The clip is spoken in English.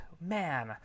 man